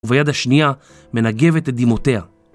וביד השנייה מנגבת את דמעותיה.